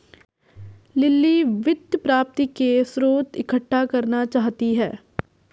lily वित्त प्राप्ति के स्रोत इकट्ठा करना चाहती है